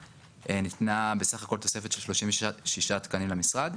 ניתנה בסך הכל תוספת של 36 תקנים למשרד,